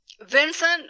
Vincent